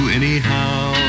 anyhow